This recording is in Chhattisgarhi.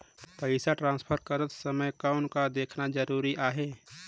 पइसा ट्रांसफर करत समय कौन का देखना ज़रूरी आहे?